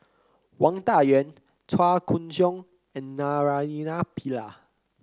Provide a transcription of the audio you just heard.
Wang Dayuan Chua Koon Siong and Naraina Pillai